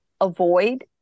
avoid